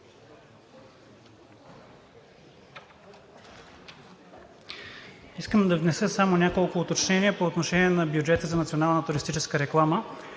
Искам да внеса само няколко уточнения по отношение на бюджета за национална туристическа реклама.